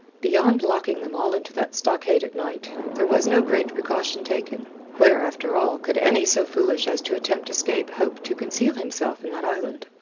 beyond locking them all into that stockade at night, there was no great precaution taken. where, after all, could any so foolish as to attempt escape hope to conceal himself in that island?